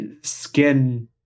skin